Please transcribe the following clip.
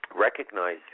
Recognize